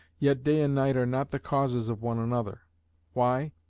yet day and night are not the causes of one another why?